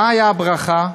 מה הייתה הברכה?